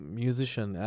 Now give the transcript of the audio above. musician